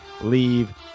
leave